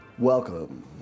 Welcome